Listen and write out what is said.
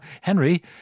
Henry